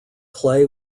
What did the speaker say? clay